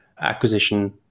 acquisition